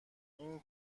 این